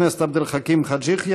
חבר הכנסת עבד אל חכים חאג' יחיא,